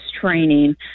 training